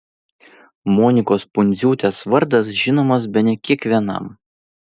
monikos pundziūtės vardas žinomas bene kiekvienam